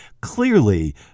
clearly